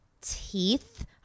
teeth